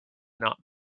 not